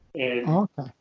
okay